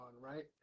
right